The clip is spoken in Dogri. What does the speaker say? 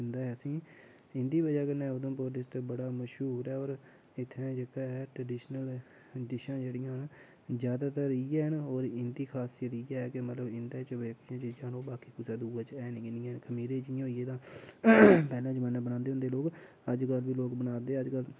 दिंदा ऐ असें गी इं'दी बजह् कन्नै उधमपुर डिस्ट्रिक्ट बड़ा मशहूर ऐ होर इ'त्थें जेह्का ऐ ट्रेडिशनल डिशां जेह्ड़ियां न जादैतर इ'यै न होर इं'दी खासियत इ'यै मतलब इं'दे च जेह्कियां चीज़ां न ओह् बाकि दूऐ च ऐ निं ऐ खमीरे जि'यां होइये तां पैह्लें जमाने बनांदे होंदे लोग अज्जकल बी लोग बना दे अज्जकल